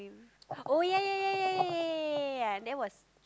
oh ya ya ya ya ya ya that was